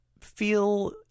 feel